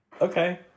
okay